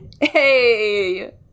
Hey